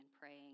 praying